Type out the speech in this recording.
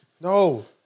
no